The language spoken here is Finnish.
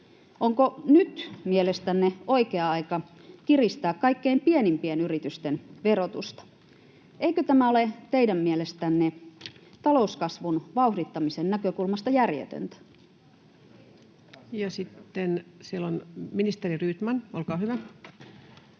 Onko nyt mielestänne oikea aika kiristää kaikkein pienimpien yritysten verotusta? Eikö tämä ole teidän mielestänne talouskasvun vauhdittamisen näkökulmasta järjetöntä? [Speech 8] Speaker: Ensimmäinen varapuhemies